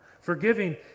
forgiving